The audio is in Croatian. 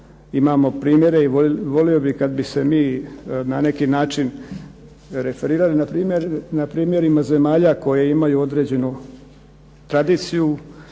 Imamo primjere i volio bih kad bi se mi na neki način referirali npr. na primjerima zemalja koje imaju određenu tradiciju